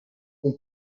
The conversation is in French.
son